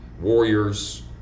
Warriors